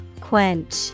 Quench